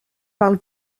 parle